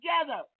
together